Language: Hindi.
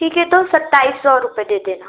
ठीक है तो सत्ताईस सौ रुपए दे देना